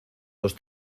dos